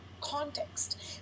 context